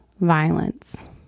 violence